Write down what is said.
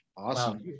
awesome